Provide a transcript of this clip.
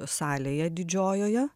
salėje didžiojoje